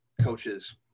coaches